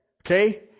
Okay